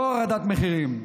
לא הורדת מחירים,